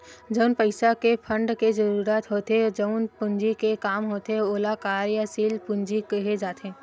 जउन पइसा के फंड के जरुरत होथे जउन पूंजी के काम होथे ओला कार्यसील पूंजी केहे जाथे